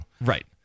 Right